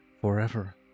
forever